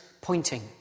pointing